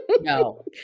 No